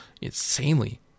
insanely